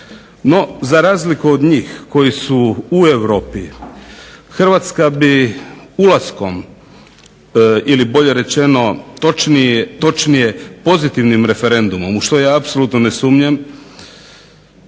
No, za razliku od njih koji su u Europi Hrvatska bi ulaskom ili bolje rečeno točnije pozitivnim referendumom u što ja apsolutno ne sumnjam,